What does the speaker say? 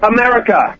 America